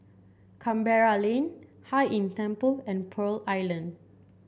Canberra Lane Hai Inn Temple and Pearl Island